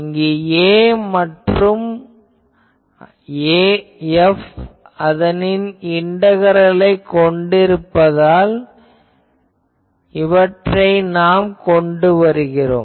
இங்கு A மற்றும் F அதனின் இன்டகரலைக் கொண்டிருப்பதால் இவற்றை நாம் கொண்டு வருகிறோம்